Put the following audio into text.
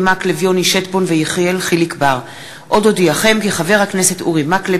המועמד להרכיב את הממשלה הוא